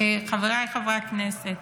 חבריי חברי הכנסת,